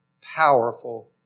powerful